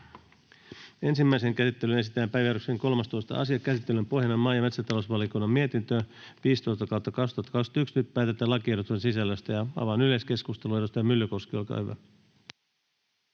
Ensimmäiseen käsittelyyn esitellään päiväjärjestyksen 13. asia. Käsittelyn pohjana on maa- ja metsätalousvaliokunnan mietintö MmVM 15/2021 vp. Nyt päätetään lakiehdotusten sisällöstä. — Avaan yleiskeskustelun. Edustaja Myllykoski, olkaa hyvä.